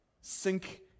sink